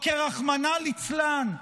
או כי רחמנא ליצלן,